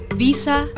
visa